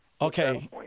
Okay